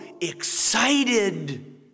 excited